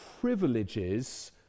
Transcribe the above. privileges